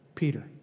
Peter